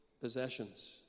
possessions